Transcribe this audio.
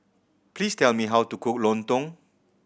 please tell me how to cook lontong